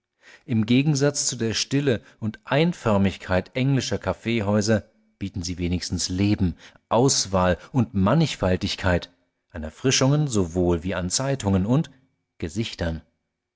im gegensatz zu der stille und einförmigkeit englischer kaffeehäuser bieten sie wenigstens leben auswahl und mannigfaltigkeit an erfrischungen sowohl wie an zeitungen und gesichtern